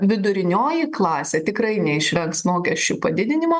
vidurinioji klasė tikrai neišvengs mokesčių padidinimo